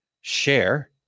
share